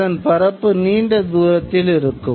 அதன் பரப்பு நீண்ட தூரத்தில் இருக்கும்